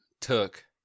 took